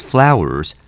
Flowers